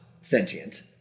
sentient